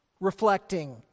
reflecting